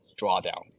drawdown